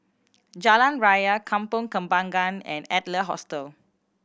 Jalan Ria Kampong Kembangan and Adler Hostel